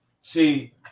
see